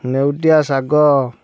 ନେଉଟିଆ ଶାଗ